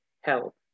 help